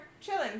Chilling